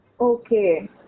okay